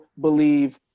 believe